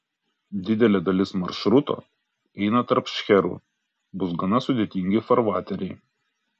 didelė dalis maršruto eina tarp šcherų bus gana sudėtingi farvateriai